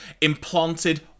implanted